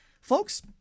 folks